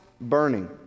burning